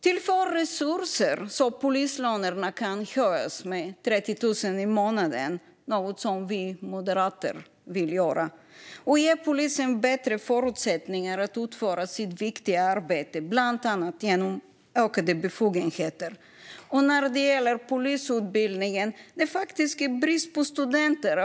Tillför resurser så att polislönerna kan höjas till 30 000 kronor i månaden - det är någonting som vi moderater vill göra - och ge polisen bättre förutsättningar att utföra sitt viktiga arbete, bland annat genom ökade befogenheter! När det gäller polisutbildningen är det brist på studenter.